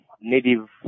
Native